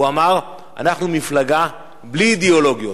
והוא אמר: אנחנו מפלגה בלי אידיאולוגיות.